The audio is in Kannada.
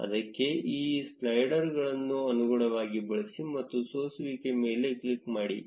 ಅದಕ್ಕೆಈ ಸ್ಲೈಡರ್ಗಳನ್ನು ಅನುಗುಣವಾಗಿ ಬಳಸಿ ಮತ್ತು ಸೋಸುವಿಕೆ ಮೇಲೆ ಕ್ಲಿಕ್ ಮಾಡಿ